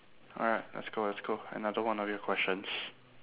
alright let's go let's go another one of your questions